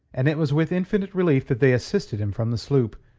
and it was with infinite relief that they assisted him from the sloop.